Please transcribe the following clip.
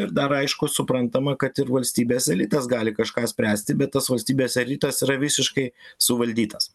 ir dar aišku suprantama kad ir valstybės elitas gali kažką spręsti bet tas valstybės elitas yra visiškai suvaldytas